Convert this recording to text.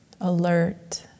alert